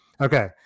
Okay